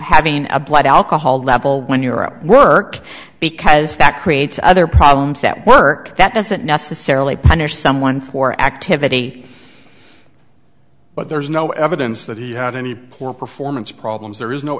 having a blood alcohol level when you're a work because that creates other problems at work that doesn't necessarily punish someone for activity but there's no evidence that he had any poor performance problems there is no